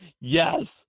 Yes